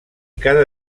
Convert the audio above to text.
cada